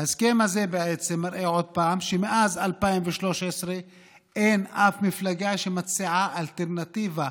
ההסכם הזה בעצם מראה עוד פעם שמאז 2013 אין שום מפלגה שמציעה אלטרנטיבה